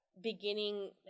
beginning